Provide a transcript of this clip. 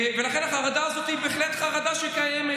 לכן החרדה הזאת בהחלט קיימת,